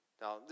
Now